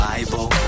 Bible